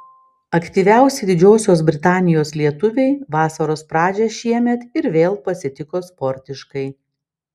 aktyviausi didžiosios britanijos lietuviai vasaros pradžią šiemet ir vėl pasitiko sportiškai